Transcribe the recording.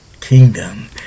kingdom